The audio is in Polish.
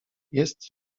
jest